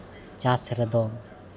ᱪᱟᱥ ᱨᱮᱫᱚ